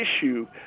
issue